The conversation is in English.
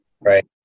right